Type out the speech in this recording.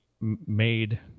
made